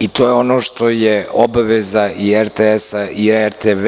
i to je ono što je obaveza i RTS i RTV,